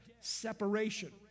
separation